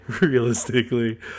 realistically